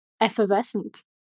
effervescent